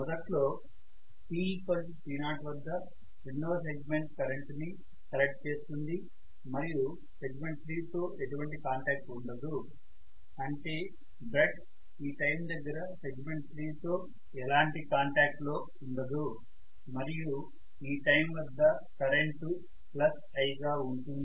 మొదట్లో tt0 వద్ద 2 వ సెగ్మెంట్ కరెంటు ని కలెక్ట్ చేస్తుంది మరియు సెగ్మెంట్ 3 తో ఎటువంటి కాంటాక్ట్ ఉండదు అంటే బ్రష్ ఈ టైం దగ్గర సెగ్మెంట్ 3 తో ఎలాంటి కాంటాక్ట్ లో ఉండదు మరియు ఈ టైం వద్ద కరెంటు I గా ఉంటుంది